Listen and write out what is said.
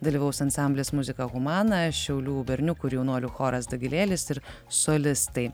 dalyvaus ansamblis muzika humana šiaulių berniukų ir jaunuolių choras dagilėlis ir solistai